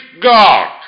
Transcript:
God